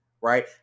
Right